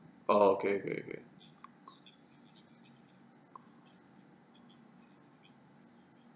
orh okay okay okay